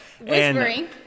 Whispering